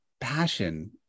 passion